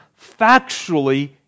factually